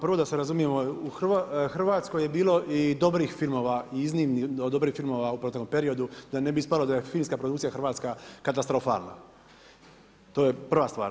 Prvo da se razumijemo Hrvatskoj je bilo dobrih filmova, iznimni, dobrih filmova u proteklom periodu, da ne bi ispalo da je filmska produkcija, Hrvatska, katastrofalna, to je prva stvar.